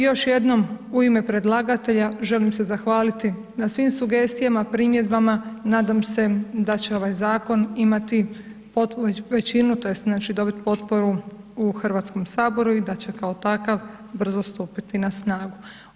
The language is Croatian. Još jednom u ime predlagatelja, želim se zahvaliti na svim sugestijama, primjedbama, i nadam se da će ovaj Zakon imati potpunu, većinu to jest znači, dobit potporu u Hrvatskom saboru i da će kao takav brzo stupiti na snagu.